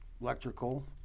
electrical